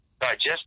digest